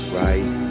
right